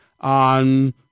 on